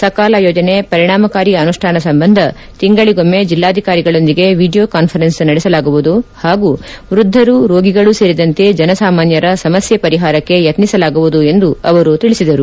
ಸಕಾಲ ಯೋಜನೆ ಪರಿಣಾಮಕಾರಿ ಅನುಷ್ಠಾನ ಸಂಬಂಧ ತಿಂಗಳಗೊಮ್ನೆ ಜಲ್ಲಾಧಿಕಾರಿಗಳೊಂದಿಗೆ ವಿಡಿಯೋ ಕಾನ್ಸರೆನ್ಸ್ ನಡೆಸಲಾಗುವುದು ಹಾಗೂ ವೃದ್ದರು ರೋಗಿಗಳು ಸೇರಿದಂತೆ ಜನಸಾಮಾನ್ಟರ ಸಮಸ್ಥೆ ಪರಿಹಾರಕ್ಷೆ ಯತ್ನಿಸಲಾಗುವುದು ಎಂದು ಅವರು ತಿಳಿಸಿದರು